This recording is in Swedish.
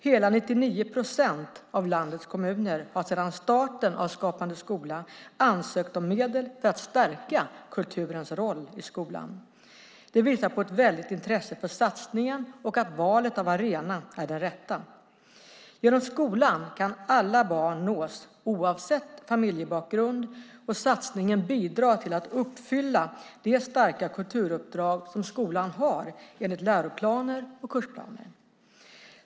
Hela 99 procent av landets kommuner har sedan starten av Skapande skola ansökt om medel för att stärka kulturens roll i skolan. Det visar på ett väldigt intresse för satsningen och att valet av arena är det rätta. Genom skolan kan alla barn nås, oavsett familjebakgrund, och satsningen bidrar till att uppfylla det starka kulturuppdrag som skolan har enligt läroplaner och kursplaner.